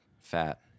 fat